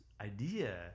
idea